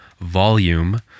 volume